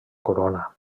corona